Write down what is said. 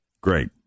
Great